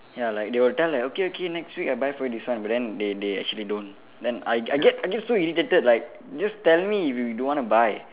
ya like they will tell like okay okay next week I buy for you this one but then they they actually don't then I I get I get so irritated like just tell me if you don't want to buy